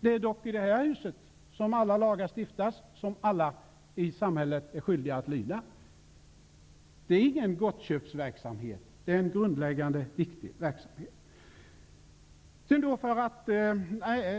Det är dock i detta hus som alla lagar stiftas, de lagar som alla i samhället är skyldiga att lyda. Det är ingen gottköpsverksamhet. Det är en grundläggande, viktig verksamhet. Jag skall